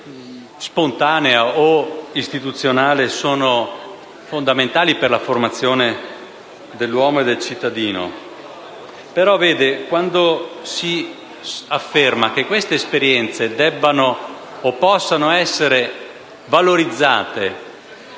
spontanea o istituzionale è fondamentale per la formazione dell'uomo e del cittadino. Ma quando si afferma che esperienze del genere debbano o possano essere valorizzate